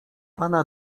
pana